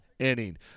inning